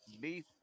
beef